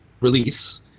release